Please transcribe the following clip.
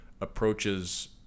approaches